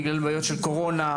בגלל בעיות של קורונה,